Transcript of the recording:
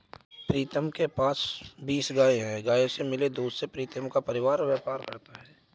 प्रीतम के पापा के पास बीस गाय हैं गायों से मिला दूध से प्रीतम का परिवार व्यापार करता है